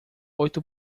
oito